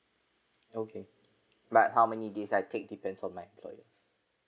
okay but how many days I take depends on my employer